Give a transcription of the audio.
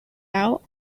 out